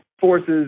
forces